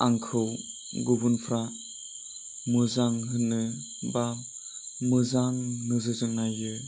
आंखौ गुबुनफ्रा मोजां होनो बा मोजां नोजोरजों नायो